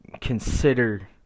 consider